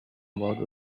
about